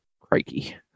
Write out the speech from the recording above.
Crikey